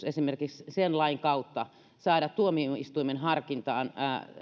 esimerkiksi sen lain kautta olisi mahdollisuus saada tuomioistuimen harkintaan